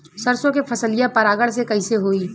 सरसो के फसलिया परागण से कईसे होई?